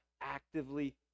actively